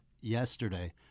yesterday